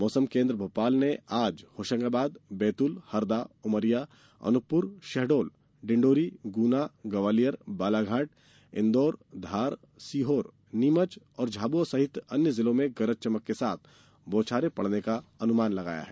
मौसम केन्द्र भोपाल ने आज होशंगाबाद बैतूल हरदा उमरिया अनूपपुर शहडोल डिण्डौरी गुना ग्वालियर बालाघाट इंदौर धार सीहोर नीमच और झाबुआ सहित अन्य जिलों में गरज चमक के साथ बौछार पड़ने का अनुमान लगाया है